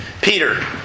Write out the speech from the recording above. Peter